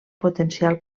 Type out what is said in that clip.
potencial